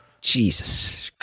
jesus